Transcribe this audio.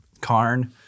Karn